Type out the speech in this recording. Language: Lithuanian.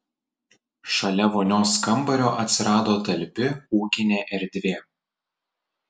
šalia vonios kambario atsirado talpi ūkinė erdvė